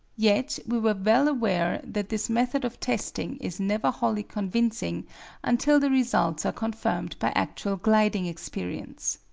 yet we were well aware that this method of testing is never wholly convincing until the results are confirmed by actual gliding experience.